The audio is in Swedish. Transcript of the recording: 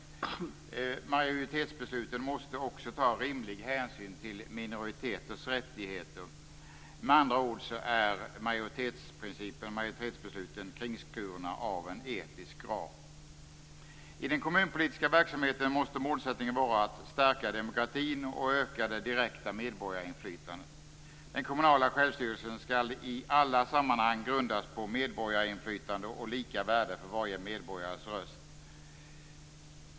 I majoritetsbesluten måste man också ta rimlig hänsyn till minoriteters rättigheter. Med andra ord är majoritetsprincipen och majoritetsbesluten kringskurna av en etisk ram. I den kommunpolitiska verksamheten måste målsättningen vara att stärka demokratin och öka det direkta medborgarinflytandet. Den kommunala självstyrelsen skall i alla sammanhang grundas på medborgarinflytande och lika värde för varje medborgares röst.